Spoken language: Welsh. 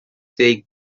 deg